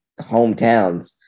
hometowns